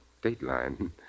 Dateline